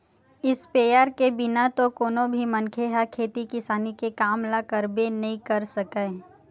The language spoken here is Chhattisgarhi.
इस्पेयर के बिना तो कोनो भी मनखे ह खेती किसानी के काम ल करबे नइ कर सकय